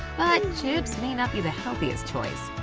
but chips may not be the healthiest choice.